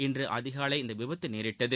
இன்று அதிகாலை இந்த விபத்து நேரிட்டது